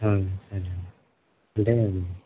అవును అంటే